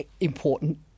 important